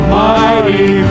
mighty